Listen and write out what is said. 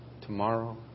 tomorrow